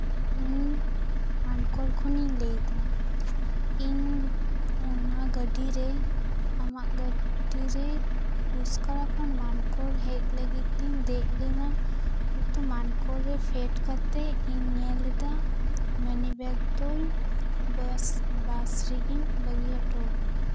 ᱤᱧ ᱢᱟᱱᱠᱚᱲ ᱠᱷᱚᱱᱤᱧ ᱞᱟᱹᱭᱫᱟ ᱤᱧ ᱚᱱᱟ ᱜᱟ ᱰᱤᱨᱮ ᱟᱢᱟᱜ ᱜᱟ ᱰᱤᱨᱮ ᱜᱩᱥᱠᱚᱨᱟ ᱠᱷᱚᱱ ᱢᱟᱱᱠᱚᱲ ᱦᱮᱞ ᱞᱟᱹᱜᱤᱫ ᱛᱤᱧ ᱫᱮᱡ ᱞᱮᱱᱟ ᱠᱤᱱᱛᱩ ᱢᱟᱱᱠᱚᱲᱨᱮ ᱯᱷᱮᱰ ᱠᱟᱛᱮᱫ ᱤᱧ ᱧᱮᱞ ᱮᱫᱟ ᱢᱮᱱᱤᱵᱮᱜᱽ ᱫᱚᱧ ᱵᱮᱥ ᱵᱟᱥ ᱨᱮᱜᱤᱧ ᱵᱟᱹᱜᱤ ᱦᱚᱴᱚ ᱟᱠᱟᱫᱟ